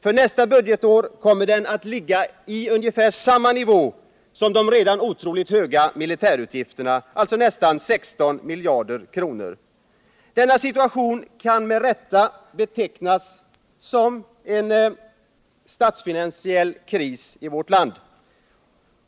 För nästa budgetår kommer den att ligga på ungefär samma nivå som de redan otroligt höga militärutgifterna, alltså nästan 16 miljarder. Denna situation kan med rätta betecknas som en statsfinansiell kris i vårt land.